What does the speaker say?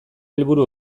helburu